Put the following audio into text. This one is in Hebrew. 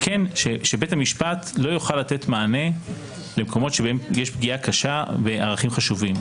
שבית המשפט לא יוכל לתת מענה למקומות שבהם יש פגיעה קשה בערכים חשובים.